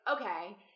okay